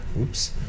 Oops